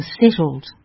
settled